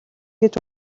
гэж